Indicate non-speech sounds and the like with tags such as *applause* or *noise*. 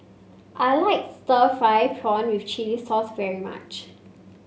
I like Stir Fried Prawn *unintelligible* Chili Sauce very much